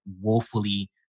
woefully